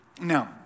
Now